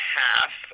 half